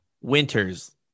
Winters